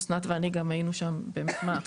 אסנת ואני גם היינו שם מההתחלה,